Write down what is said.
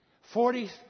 Forty